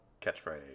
catchphrase